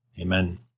Amen